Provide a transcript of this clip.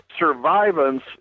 survivance